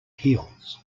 heels